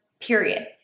period